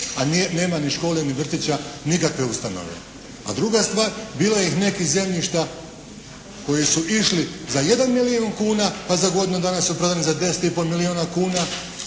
a nema ni škole, ni vrtića, nikakve ustanove? A druga stvar, bilo je i nekih zemljišta koji su išli za 1 milijun kuna, pa za godinu dana su prodali za 10 i pol milijuna kuna.